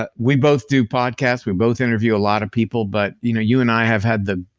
but we both do podcasts, we both interview lot of people, but you know you and i have had the,